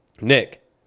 Nick